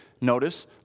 Notice